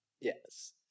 Yes